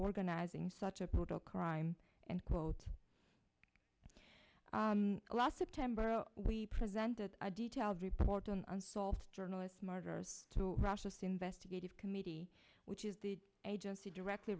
rganizing such a brutal crime and quote last september we presented a detailed report on unsolved journalists murders to russia's investigative committee which is the agency directly